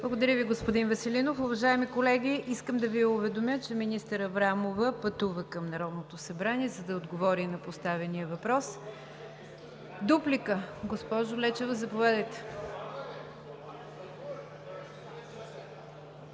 Благодаря Ви, господин Веселинов. Уважаеми колеги, искам да Ви уведомя, че министър Аврамова пътува към Народното събрание, за да отговори на поставения въпрос. Дуплика? Госпожо Лечева, заповядайте.